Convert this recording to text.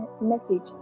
message